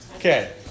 Okay